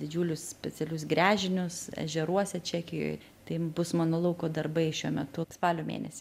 didžiulius specialius gręžinius ežeruose čekijoj tai bus mano lauko darbai šiuo metu spalio mėnesį